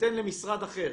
יתן למשרד אחר